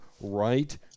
right